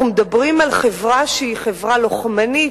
אנחנו מדברים על חברה שהיא חברה לוחמנית,